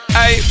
Hey